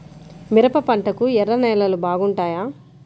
మిరప పంటకు ఎర్ర నేలలు బాగుంటాయా?